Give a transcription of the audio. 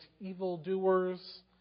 evildoers